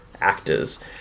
actors